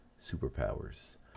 Superpowers